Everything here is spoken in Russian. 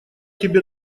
тебе